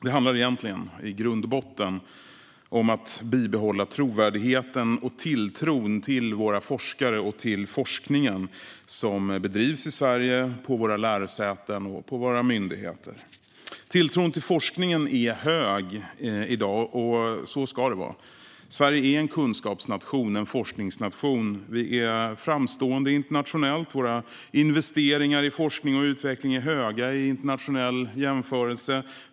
Det handlar egentligen, i grund och botten, om att bibehålla trovärdigheten och tilltron till våra forskare och den forskning som bedrivs i Sverige på våra lärosäten och våra myndigheter. Tilltron till forskningen är i dag hög, och så ska det vara. Sverige är en kunskapsnation, en forskningsnation. Vi är framstående internationellt. Våra investeringar i forskning och utveckling är höga i internationell jämförelse.